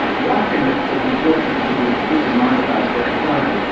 one thing that is important to keep in mind about versailles,